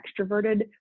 extroverted